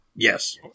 Yes